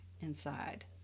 inside